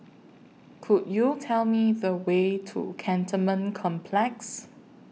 Could YOU Tell Me The Way to Cantonment Complex